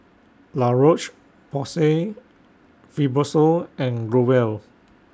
La Roche Porsay Fibrosol and Growell